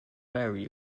vary